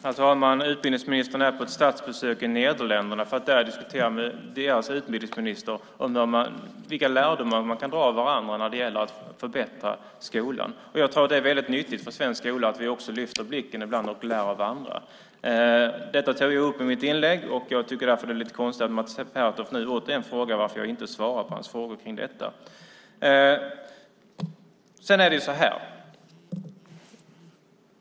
Herr talman! Utbildningsministern är på ett statsbesök i Nederländerna för att diskutera med deras utbildningsminister vilka lärdomar man kan dra av varandras åtgärder när det gäller att förbättra skolan. Jag tror att det är väldigt nyttigt för svensk skola att vi ibland lyfter blicken och lär av andra. Detta tog jag upp i mitt inlägg, och jag tycker därför att det är lite konstigt att Mats Pertoft nu återigen frågar varför jag inte svarar på hans frågor om detta. Sedan är det så här.